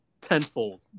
tenfold